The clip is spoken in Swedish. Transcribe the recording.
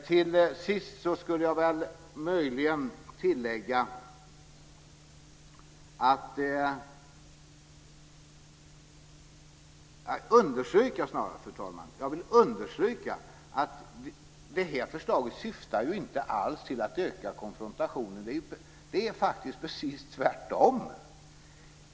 Till sist skulle jag vilja understryka, fru talman, att det här förslaget inte alls syftar till att öka konfrontationen, det är precis tvärtom.